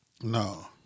No